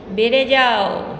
বেড়ে যাও